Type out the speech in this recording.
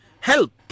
help